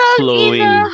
flowing